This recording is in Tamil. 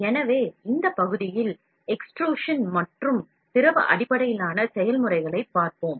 எனவே இந்தபகுதியில் பிதிர்வு மற்றும் திரவ அடிப்படையிலான செயல்முறைகளை பார்ப்போம்